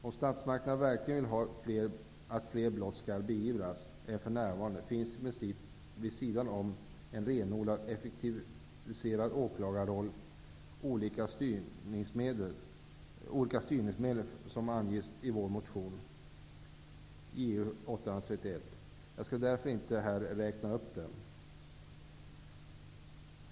Om statsmakterna verkligen vill att fler brott än nu skall beivras finns i princip, vid sidan av en renodlad effektiviserad åklagarroll, olika styrningsmedel som anges i vår motion Ju831. Jag skall därför inte här räkna upp dem.